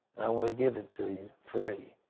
i want to give it to you free.